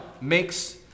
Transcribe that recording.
makes